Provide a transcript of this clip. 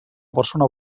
persona